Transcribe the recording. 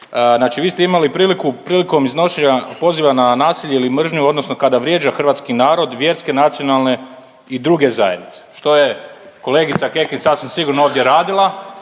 Znači vi ste imali priliku prilikom iznošenja poziva na nasilje ili mržnju odnosno kada vrijeđa hrvatski narod, vjerske, nacionalne i druge zajednice što je kolegica Kekin sasvim sigurno ovdje radila,